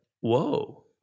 whoa